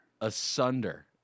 Asunder